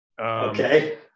okay